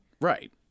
right